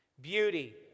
beauty